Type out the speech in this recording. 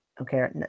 Okay